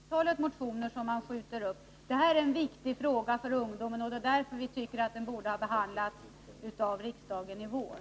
Herr talman! Det gäller inte antalet motioner. Vår motion tar upp viktiga frågor för ungdomen, och det är därför vi anser att den borde ha behandlats av riksdagen i vår.